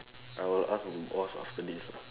I will ask my boss after this lah